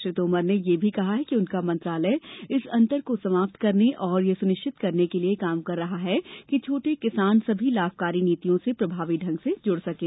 श्री तोमर ने यह भी कहा कि उनका मंत्रालय इस अन्तर को समाप्त करने तथा यह सुनिश्चित करने के लिए काम कर रहा है कि छोटे किसान सभी लामकारी नीतियों से प्रभावी ढंग से जुड़ सकें